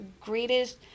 greatest